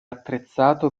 attrezzato